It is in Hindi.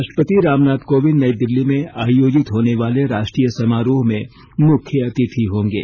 राष्ट्रपति रामनाथ कोविंद नई दिल्ली में आयोजित होने वाले राष्ट्रीय समारोह में मुख्य अतिथि होंगे